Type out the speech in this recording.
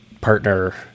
partner